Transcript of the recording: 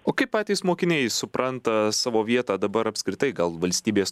o kaip patys mokiniai supranta savo vietą dabar apskritai gal valstybės